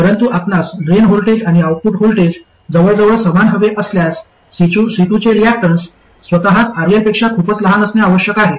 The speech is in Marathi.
परंतु आपणास ड्रेन व्होल्टेज आणि आउटपुट व्होल्टेज जवळजवळ समान हवे असल्यास C2 चे रियाक्टन्स स्वतःच RL पेक्षा खूपच लहान असणे आवश्यक आहे